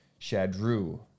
Shadru